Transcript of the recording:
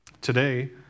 Today